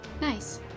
Nice